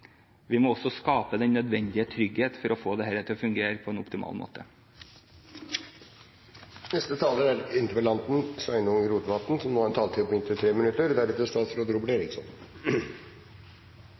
Vi må også skape den nødvendige trygghet for å få dette til å fungere på en optimal